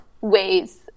ways